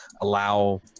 allow